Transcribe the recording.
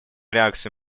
реакцию